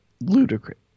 ludicrous